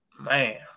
Man